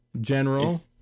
general